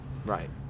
Right